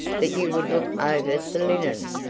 that you would look over the linen,